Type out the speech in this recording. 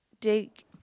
dig